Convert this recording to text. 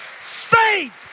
faith